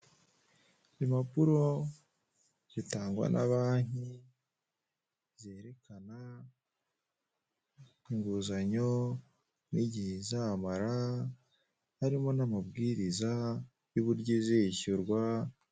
Impapuro zitangwa na banki zerekana inguzanyo n' igihe izamara harimo n' amabwiriza y' uburyo izishyurwa.